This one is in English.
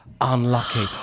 Unlucky